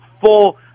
full